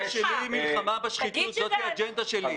האג'נדה שלי היא מלחמה בשחיתות, זאת האג'נדה שלי.